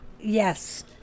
yes